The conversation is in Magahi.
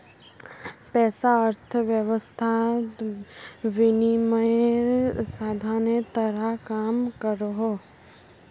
पैसा अर्थवैवस्थात विनिमयेर साधानेर तरह काम करोहो